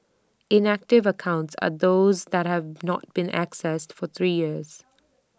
inactive accounts are those that have not been accessed for three years